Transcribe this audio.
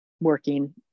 working